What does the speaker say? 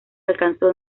alcanzó